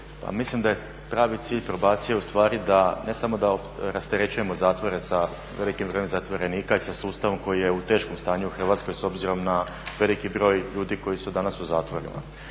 mislim da je pravi cilj probacije u stvari da, ne samo da rasterećujemo zatvore sa velikim brojem zatvorenika i sa sustavom koji je u teškom stanju u Hrvatskoj s obzirom na veliki broj ljudi koji su danas u zatvorima.